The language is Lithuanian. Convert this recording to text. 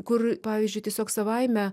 kur pavyzdžiui tiesiog savaime